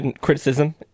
criticism